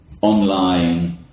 online